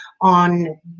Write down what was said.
on